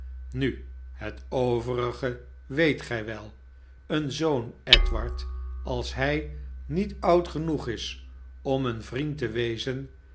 nu het overige weet gij wel een zoon edward als hij niet oud genoeg is om een vriend te wezen